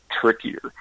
trickier